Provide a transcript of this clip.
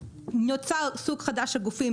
נוצר סוג חדש של גופים,